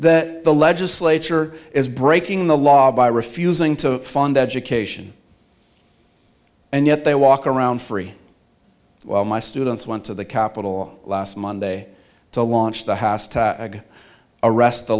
that the legislature is breaking the law by refusing to fund education and yet they walk around free my students went to the capitol last monday to launch the house arrest the